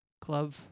club